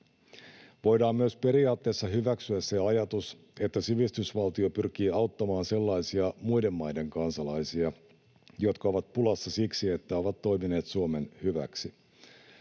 Voidaan myös periaatteessa hyväksyä se ajatus, että sivistysvaltio pyrkii auttamaan sellaisia muiden maiden kansalaisia, jotka ovat pulassa siksi, että ovat toimineet Suomen hyväksi,